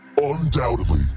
Undoubtedly